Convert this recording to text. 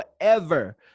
forever